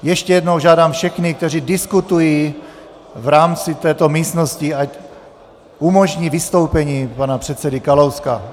Ještě jednou žádám všechny, kteří diskutují v rámci této místnosti, ať umožní vystoupení pana předsedy Kalouska.